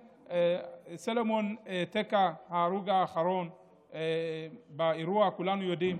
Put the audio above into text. סלומון טקה, ההרוג האחרון באירוע, כולנו יודעים,